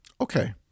Okay